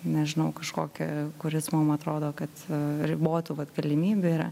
nežinau kažkokį kuris mum atrodo kad ribotų vat galimybių yra